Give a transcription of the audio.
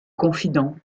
confident